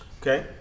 Okay